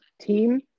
team